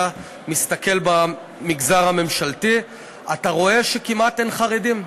מסתכל במגזר הממשלתי אתה רואה שכמעט אין חרדים.